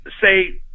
say